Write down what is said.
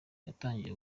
yatangiye